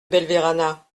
belverana